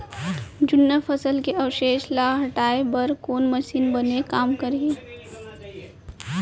जुन्ना फसल के अवशेष ला हटाए बर कोन मशीन बने काम करही?